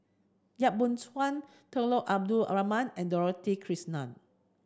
Yap Boon Chuan Abdul Rahman and Dorothy Krishnan